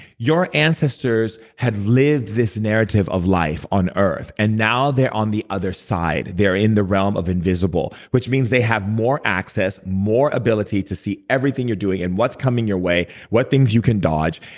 your ancestors have lived this narrative of life on earth, and now they're on the other side. they're in the realm of invisible which means they have more access, more ability to see everything you're doing and what's coming your way, what things you can dodge.